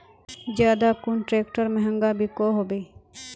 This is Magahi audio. ज्यादा कुन ट्रैक्टर महंगा बिको होबे?